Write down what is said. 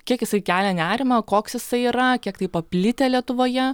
kiek jisai kelia nerimą koks jisai yra kiek tai paplitę lietuvoje